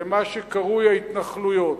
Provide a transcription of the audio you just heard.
למה שקרוי ההתנחלויות,